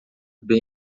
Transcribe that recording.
bem